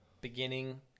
beginning